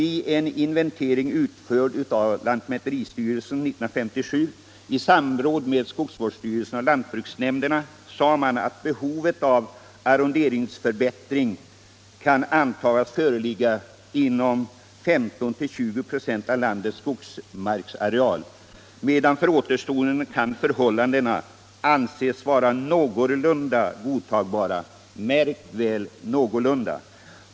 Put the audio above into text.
I en inventering utförd av lantmäteristyrelsen 1957 i samråd med skogsvårdsstyrelserna och lantbruksnämnderna sade man, att behov av arronderingsförbättring kan antagas föreligga inom 15-20 96 av landets skogsmarksareal, medan för återstoden förhållandena kan anses vara någorlunda godtagbara — märk väl någorlunda.